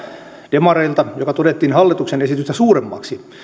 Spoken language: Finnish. demareilta joka todettiin hallituksen esitystä suuremmaksi